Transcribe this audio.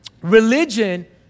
religion